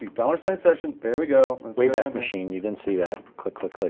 dollar sign session. there we go. way back machine. you didn't see that. click, click, click.